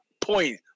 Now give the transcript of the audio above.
point